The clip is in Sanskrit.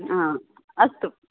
आम् अस्तु